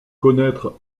connaître